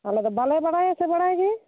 ᱟᱞᱮ ᱫᱚ ᱵᱟᱞᱮ ᱵᱟᱲᱟᱭᱟᱥᱮ ᱵᱟᱲᱟᱭ ᱜᱮ